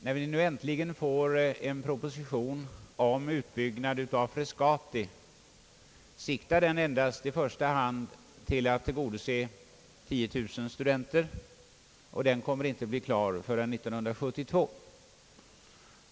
När vi nu äntligen får en proposition om utbyggnad av Frescati, siktar den endast i första hand till att tillgodose 10 000 studenter, och utbyggnaden kommer inte att bli klar förrän 1972.